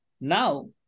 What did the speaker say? now